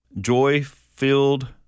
joy-filled